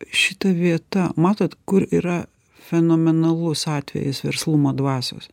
šita vieta matot kur yra fenomenalus atvejis verslumo dvasios